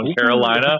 Carolina